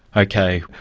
okay.